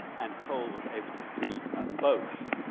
and cole was able to see both.